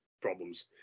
problems